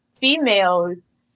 females